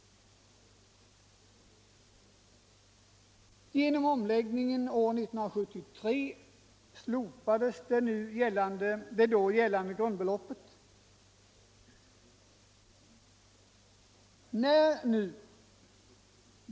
Genom omläggningen år 1973 slopades det då gällande grundbeloppet.